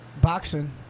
Boxing